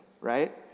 right